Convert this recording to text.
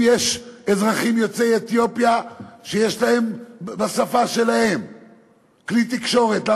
אם יש אזרחים יוצאי אתיופיה שיש להם כלי תקשורת בשפה שלהם,